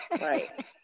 right